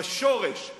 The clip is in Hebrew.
בשורש,